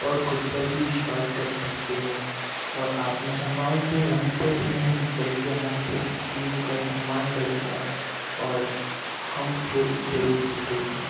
और खुद पर भी विश्वास कर सकते हैं और आत्मसम्मान से हम ही नहीं बल्कि हमारे पूरे टीम का सम्मान बढ़ेगा और हम खेल जरूर जीतेंगे